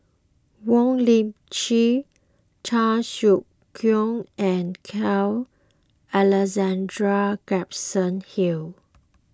Wong Lip Chin Chan Sek Keong and Carl Alexander Gibson Hill